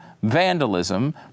vandalism